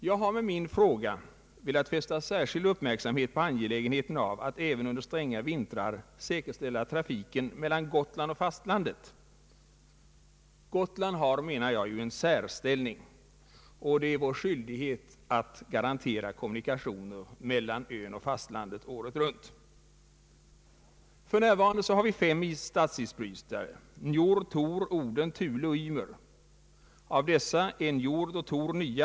Jag har med min fråga velat fästa särskild uppmärksamhet på angelägenheten av att även under stränga vintrar säkerställa trafiken mellan Gotland och fastlandet. Gotland har ju, menar jag, en särställning, och det är vår skyldighet att garantera kommunikationer mellan ön och fastlandet året runt. För närvarande har vi fem statsisbrytare — Njord, Tor, Oden, Thule och Ymer. Av dessa är Njord och Tor nya.